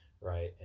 right